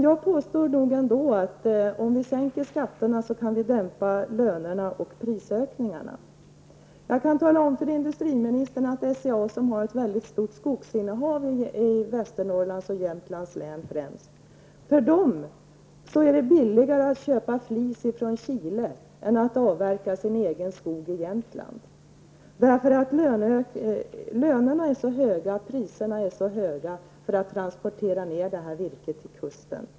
Jag vill ändå påstå att om skatterna sänks, kan lön och prisökningarna dämpas. Jag kan upplysa industriministern att för SCA som har ett väldigt stort skogsinnehav i främst Västernorrlands län och Jämtlands län är det billigare att köpa flis från Chile än att avverka den egna skogen i Jämtland. Det beror på att lönerna är så höga och att kostnaderna är så stora för att transportera virket till kusten.